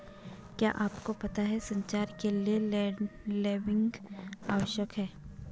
क्या आपको पता है संचार के लिए लेबलिंग आवश्यक है?